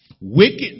Wicked